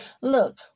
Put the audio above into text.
Look